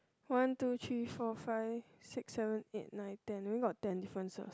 one two three four five six seven eight nine ten only got ten differences